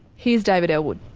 here's david ellwood.